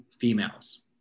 females